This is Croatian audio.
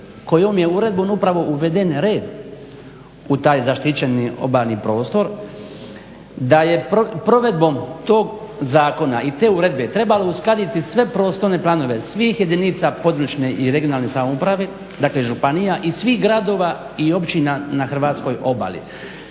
kojom je uredbom upravo uveden red u taj zaštićeni obalni prostor, da je provedbom tog zakona i te uredbe trebalo uskladiti sve prostorne planove svih jedinica područne i regionalne samouprave, dakle županija, i svih gradova i općina na hrvatskoj obali.